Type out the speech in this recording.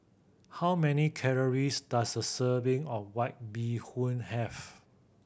how many calories does a serving of White Bee Hoon have